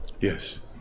yes